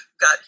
got